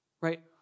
right